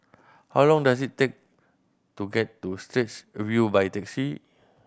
how long does it take to get to Straits View by taxi